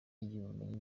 ry’ubumenyi